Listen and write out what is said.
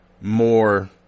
more